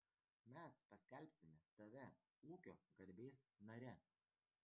mes paskelbsime tave ūkio garbės nare